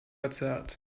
verzerrt